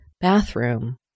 Bathroom